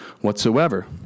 whatsoever